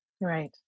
Right